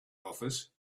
office